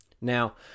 Now